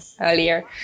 earlier